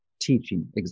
teaching